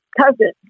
cousin